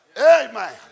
Amen